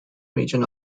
region